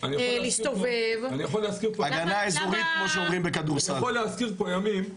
פה הוא פונה ליהודים.